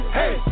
hey